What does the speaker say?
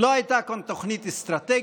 לא הייתה כאן תוכנית אסטרטגית.